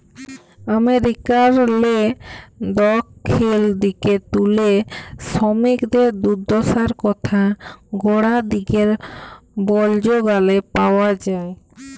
আমেরিকারলে দখ্খিল দিগে তুলে সমিকদের দুদ্দশার কথা গড়া দিগের বল্জ গালে পাউয়া যায়